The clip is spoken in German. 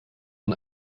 man